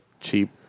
cheap